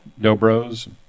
Dobros